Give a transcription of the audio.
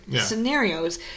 scenarios